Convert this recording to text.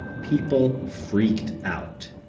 people freaked out.